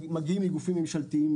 מגיעים מגופים ממשלתיים